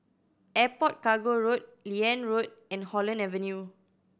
Airport Cargo Road Liane Road and Holland Avenue